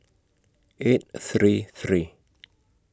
eight three three